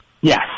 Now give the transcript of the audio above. Yes